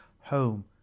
home